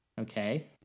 okay